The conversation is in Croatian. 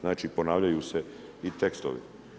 Znači ponavljaju se i tekstovi.